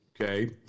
okay